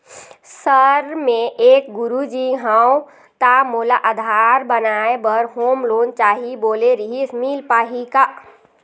Sir मे एक गुरुजी हंव ता मोला आधार बनाए बर होम लोन चाही बोले रीहिस मील पाही का?